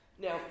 Now